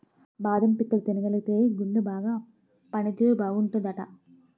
బాదం పిక్కలు తినగలిగితేయ్ గుండె బాగా పని తీరు బాగుంటాదట